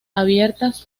abiertas